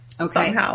Okay